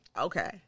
okay